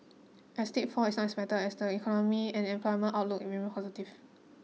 a steep fall is not expected as the economy and employment outlook remain positive